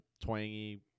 twangy